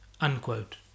unquote